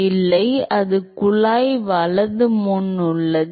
இல்லை அது குழாய் வலது முன் உள்ளது